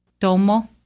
Tomo